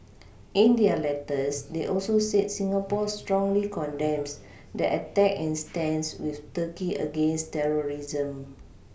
in their letters they also said Singapore strongly condemns the attack and stands with Turkey against terrorism